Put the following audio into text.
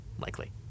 likely